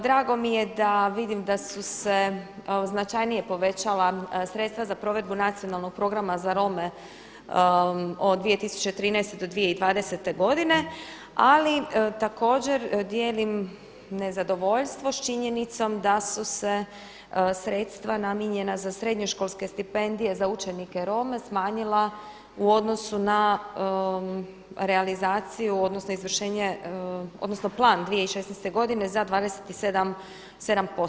Drago mi je da vidim da su se značajnije povećala sredstva za provedbu nacionalnog programa za Rome od 2013. do 2020. godine ali također dijelim nezadovoljstvo s činjenicom da su se sredstva namijenjena za srednjoškolske stipendije za učenike Rome smanjila u odnosu na realizaciju odnosno izvršenje, odnosno plan 2016. godine za 27%